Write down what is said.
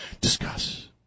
Discuss